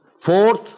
Fourth